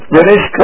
British